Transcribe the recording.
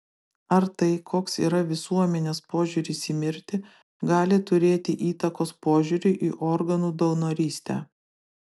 ar tai koks yra visuomenės požiūris į mirtį gali turėti įtakos požiūriui į organų donorystę